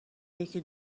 یکی